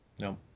No